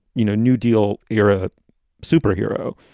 you know, newdeal, you're a superhero,